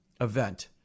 event